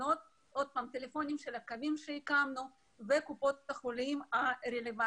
פרסמנו שם את הטלפונים של הקווים שהקמנו וקופות החולים הרלוונטיות.